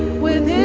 with